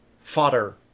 fodder